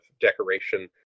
decoration